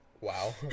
Wow